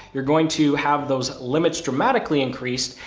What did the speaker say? you're going to have those limits dramatically increased,